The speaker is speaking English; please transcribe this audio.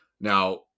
Now